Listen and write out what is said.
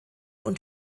und